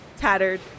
tattered